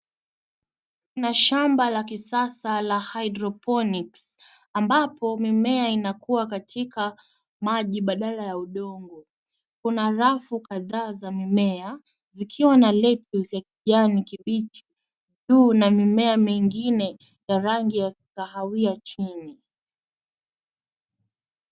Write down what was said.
Kuna shamba la kisasa la hydroponics ambapo mimea inakua katika maji badala ya udongo. Kuna rafu kadhaa za mimea, zikiwa na lettuce ya kijani kibichi. Juu ya mimea mingine ya rangi ya kahawia chini.